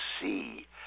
see